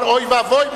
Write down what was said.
אבל אוי ואבוי,